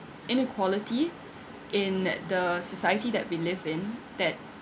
inequality in at the society that we live in that